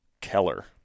Keller